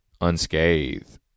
unscathed